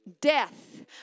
Death